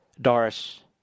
Doris